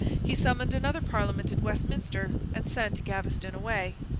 he summoned another parliament at westminster, and sent gaveston away.